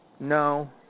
No